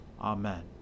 Amen